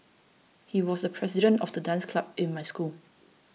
he was the president of the dance club in my school